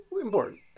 important